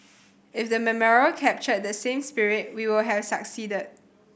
if the memorial captured that same spirit we will have succeeded